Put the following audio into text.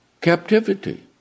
captivity